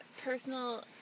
personal